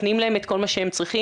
נותנים להם את כל מה שהם צריכים,